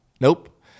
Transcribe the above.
Nope